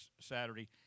Saturday